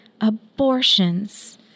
abortions